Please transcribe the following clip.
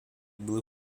blue